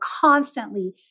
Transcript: constantly